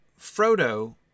Frodo